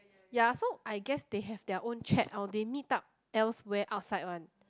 ya so I guess they have their own chat or they meet up elsewhere outside one